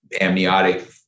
amniotic